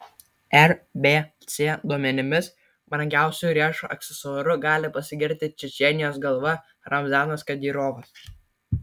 rbc duomenimis brangiausiu riešo aksesuaru gali pasigirti čečėnijos galva ramzanas kadyrovas